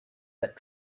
that